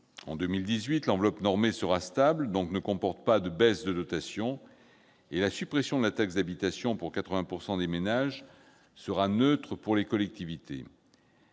En 2018, l'enveloppe normée sera stable ; elle ne comporte donc pas de baisse de dotations. Quant à la suppression de la taxe d'habitation pour 80 % des ménages, elle sera neutre pour les collectivités